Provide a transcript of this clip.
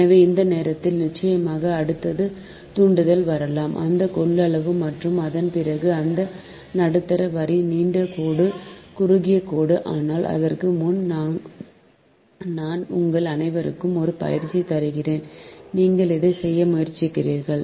எனவே இந்த நேரத்தில் நிச்சயமாக அடுத்தது தூண்டல் வரும் அந்த கொள்ளளவு மற்றும் அதன் பிறகு அந்த நடுத்தர வரி நீண்ட கோடு குறுகிய கோடு ஆனால் அதற்கு முன் நான் உங்கள் அனைவருக்கும் ஒரு யிற்சி தருகிறேன் நீங்கள் இதைச் செய்ய முயற்சிக்கிறீர்கள்